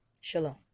Shalom